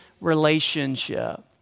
relationship